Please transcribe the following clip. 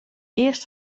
eerst